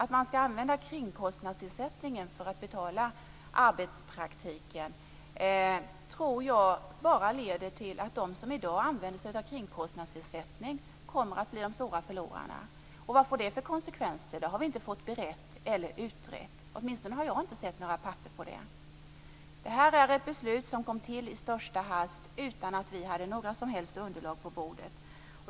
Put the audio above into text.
Att man skall använda kringkostnadsersättningen för att betala arbetspraktiken tror jag bara leder till att de som i dag använder sig av kringkostnadsersättning kommer att bli de stora förlorarna. Vad får det för konsekvenser? Det har vi inte fått berett eller utrett. Åtminstone har jag inte sett några papper på det. Det är ett beslut som kom till i största hast utan att vi hade några som helst underlag på bordet.